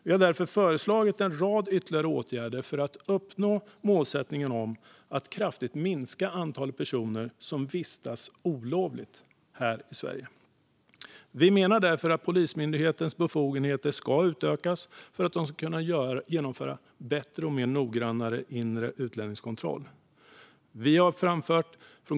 Vi har därför föreslagit en rad ytterligare åtgärder för att uppnå målsättningen om att kraftigt minska antalet personer som vistas olovligt här i Sverige. Vi menar att Polismyndighetens befogenheter ska utökas för att man ska kunna genomföra bättre och mer noggranna inre utlänningskontroller.